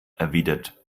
erwidert